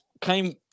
came